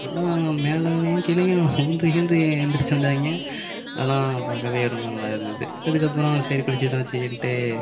எல்லாம் மேலேயும் கீழேயும் விழுந்து கிழுந்து எந்திரிச்சு வந்தாங்க ஆனால் பார்க்கவே ரொம்ப நல்லாயிருந்தது அதுக்கப்புறம் சரி குளிச்சதெல்லாம் வச்சுக்கன்ட்டு